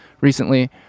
recently